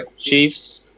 Chiefs